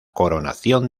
coronación